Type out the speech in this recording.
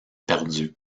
perdu